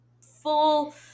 full